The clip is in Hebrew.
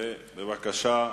בבקשה,